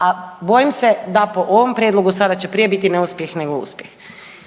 a bojim se da po ovom prijedlogu sada će prije biti neuspjeh nego uspjeh,